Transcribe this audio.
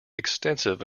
extensive